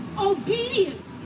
obedient